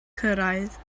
cyrraedd